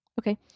Okay